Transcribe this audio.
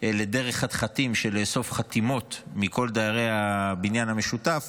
לדרך חתחתים של לאסוף חתימות מכל דיירי הבניין המשותף,